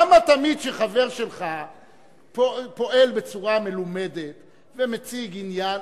למה תמיד כשחבר שלך פועל בצורה מלומדת ומציג עניין,